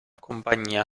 compagnia